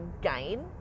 gain